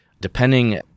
Depending